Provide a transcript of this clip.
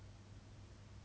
cases !huh!